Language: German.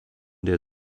der